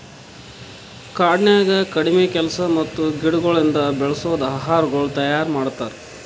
ಕಾಡನ್ಯಾಗ ಕಡಿಮಿ ಕೆಲಸ ಮತ್ತ ಗಿಡಗೊಳಿಂದ್ ಬೆಳಸದ್ ಆಹಾರಗೊಳ್ ತೈಯಾರ್ ಮಾಡ್ತಾರ್